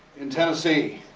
in tennessee.